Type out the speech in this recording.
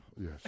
yes